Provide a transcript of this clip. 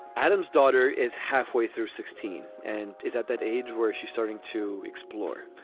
adam's daughter is halfway through sixteen and is at that age where she's starting to explore.